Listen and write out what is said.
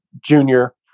junior